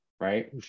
right